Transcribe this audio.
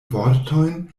vortojn